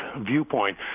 viewpoint